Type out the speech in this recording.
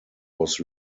was